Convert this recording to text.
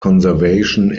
conservation